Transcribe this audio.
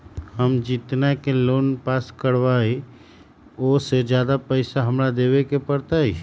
हम जितना के लोन पास कर बाबई ओ से ज्यादा पैसा हमरा देवे के पड़तई?